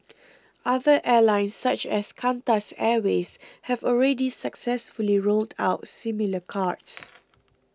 other airlines such as Qantas Airways have already successfully rolled out similar cards